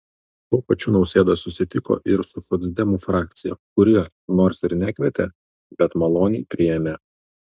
tuo pačiu nausėda susitiko ir su socdemų frakcija kuri nors ir nekvietė bet maloniai priėmė